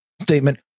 statement